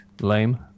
lame